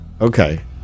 Okay